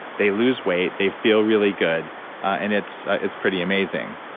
they lose weight, they feel really good and it's it's pretty amazing